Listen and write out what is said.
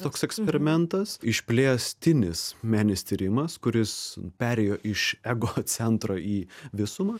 toks eksperimentas išplėstinis meninis tyrimas kuris perėjo iš ego centro į visumą